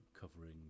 covering